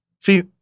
See